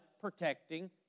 protecting